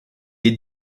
est